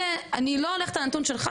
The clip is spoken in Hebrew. אני בכלל לא הולכת על הנתון שלך,